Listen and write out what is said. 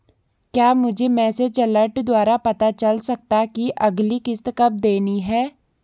क्या मुझे message alert द्वारा पता चल सकता कि अगली किश्त कब देनी है?